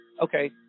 okay